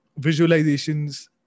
visualizations